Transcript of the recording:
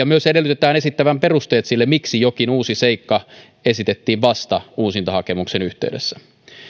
myös edellytetään esittävän perusteet sille miksi jokin uusi seikka esitettiin vasta uusintahakemuksen yhteydessä